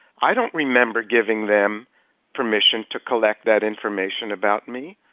i don't remember giving them permission to collect that information about me.